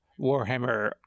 Warhammer